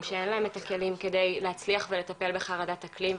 שאין להם את הכלים כדי להצליח ולטפל בחרדת אקלים,